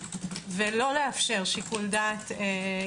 ולא לאפשר שיקול דעת.